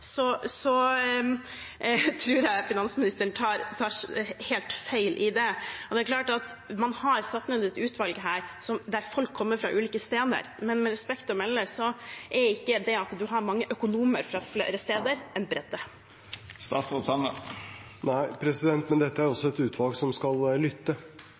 jeg finansministeren tar helt feil. Det er klart at man har satt ned et utvalg, der folk kommer fra ulike steder. Men med respekt å melde er ikke det å ha mange økonomer fra flere steder det samme som bredde. Nei, men dette er et utvalg som skal lytte.